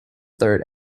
third